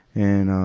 and, um,